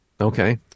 Okay